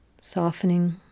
softening